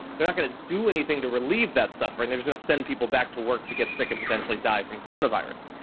they're not gonna do anything to relieve that suffering. they're just gonna send people back to work to get sick and potentially die from coronavirus.